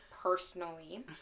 personally